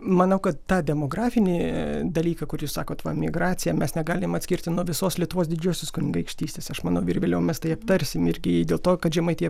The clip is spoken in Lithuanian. manau kad tą demografinį dalyką kur jus sakot va migracija mes negalim atskirti nuo visos lietuvos didžiosios kunigaikštystės aš manau ir vėliau mes tai aptarsim irgi dėl to kad žemaitija